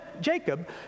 Jacob